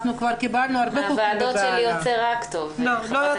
כבר קיבלנו הרבה חוקים בבהלה.